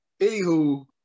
Anywho